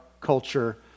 culture